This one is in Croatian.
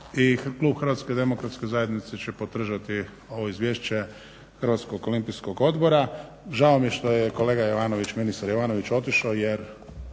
ovo što gledamo. I klub HDZ-a će podržati ovo izvješće Hrvatskog olimpijskog odbora. Žao mi je što je kolega Jovanović, ministar Jovanović otišao jer